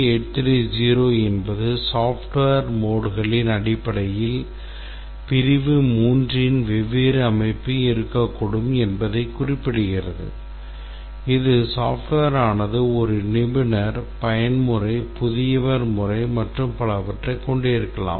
IEE 830 என்பது software modeகளின் அடிப்படையில் பிரிவு 3 இன் வெவ்வேறு அமைப்பு இருக்கக்கூடும் என்பதைக் குறிப்பிடுகிறது இது software ஆனது ஒரு நிபுணர் பயன்முறை புதியவர் முறை மற்றும் பலவற்றைக் கொண்டிருக்கலாம்